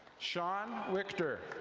shawn richter.